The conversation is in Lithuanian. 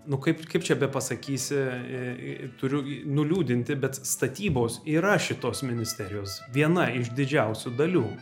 nu kaip kaip čia bepasakysi ir turiu nuliūdinti bet statybos yra šitos ministerijos viena iš didžiausių dalių